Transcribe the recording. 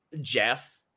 Jeff